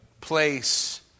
place